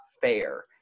fair